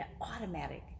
automatic